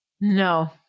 No